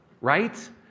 right